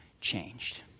changed